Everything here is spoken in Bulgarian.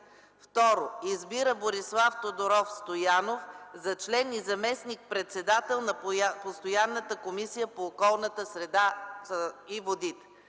2. Избира Борислав Тодоров Стоянов за член и заместник-председател на Постоянната комисия по околната среда и водите.”